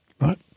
right